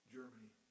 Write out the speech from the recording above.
Germany